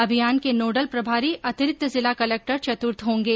अभियान के नोडल प्रभारी अतिरिक्त जिला कलक्टर चतुर्थ होंगे